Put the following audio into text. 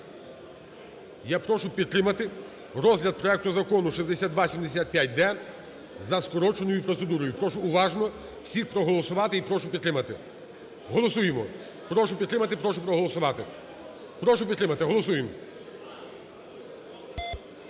Я прошу підтримати розгляд проекту Закону6275-д за скороченою процедурою. Прошу уважно всіх проголосувати і прошу підтримати. Голосуємо. Прошу підтримати і прошу проголосувати. Прошу підтримати. Голосуємо.